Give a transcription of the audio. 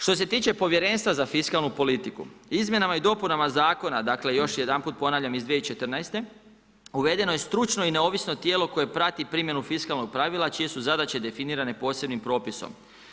Što se tiče Povjerenstva za fiskalnu politiku, izmjenama i dopunama zakona, dakle još jedanput ponavljam iz 2014., uvedeno je stručno i neovisno tijelo koje prati primjenu fiskalnog pravila čije su zadaće definirane posebnim propisom.